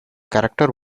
character